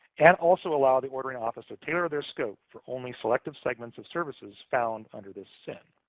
and also allow the ordering office to tailor their scope for only selective segments of services found under this sin.